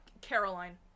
caroline